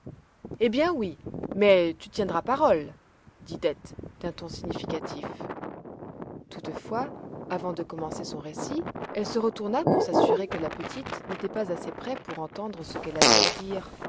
eh bien oui mais tu tiendras parole dit dete d'un ton significatif toutefois avant de commencer son récit elle se retourna pour s'assurer que la petite n'était pas assez près pour entendre ce qu'elle avait à dire